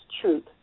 truth